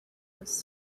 was